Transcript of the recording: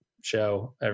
show